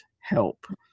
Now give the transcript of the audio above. help